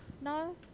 No